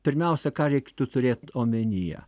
pirmiausia ką reiktų turėt omenyje